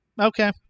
Okay